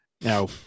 Now